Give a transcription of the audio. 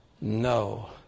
No